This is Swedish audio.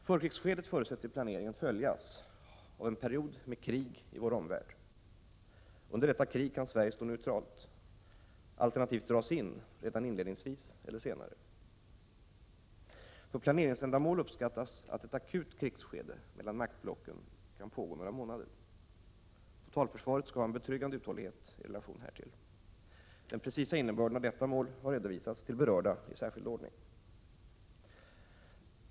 Förkrigsskedet förutsätts i planeringen följas av en period med krig i vår omvärld. Under detta krig kan Sverige stå neutralt, alternativt dras in redan inledningsvis eller senare. För planeringsändamål uppskattas att ett akut krigsskede mellan maktblocken kan pågå några månader. Totalförsvaret skall ha en betryggande uthållighet i relation härtill. Den precisa innebörden av detta mål har redovisats till berörda i särskild ordning.